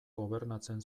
gobernatzen